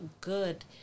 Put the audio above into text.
good